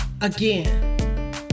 again